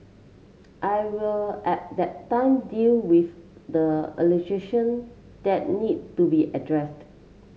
I will at that time deal with the that need to be addressed